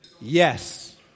Yes